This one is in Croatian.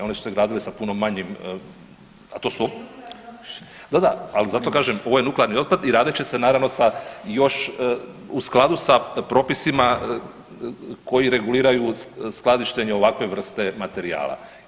One su se gradile sa puno manjim, a to su, … [[Upadica: Ne razumije se.]] da, da, ali zato kažem ovo je nuklearni otpad i radit će se naravno sa još, u skladu sa propisima koji reguliraju skladištenje ovakve vrste materijala.